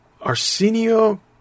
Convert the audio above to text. Arsenio